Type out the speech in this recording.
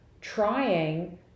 trying